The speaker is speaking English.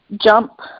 jump